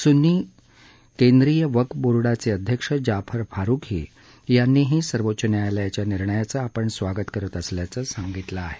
सुन्नी केद्रीय वक्फ बोर्डाचे अध्यक्ष जाफर फारूखी यांनीही सर्वोच्च न्यायालयाच्या निर्णयाचं आपण स्वागत करत असल्याचं सांगितलं आहे